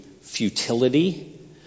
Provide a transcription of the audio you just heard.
futility